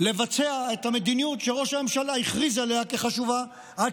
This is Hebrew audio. לבצע את המדיניות שראש הממשלה הכריז עליה כחשובה עד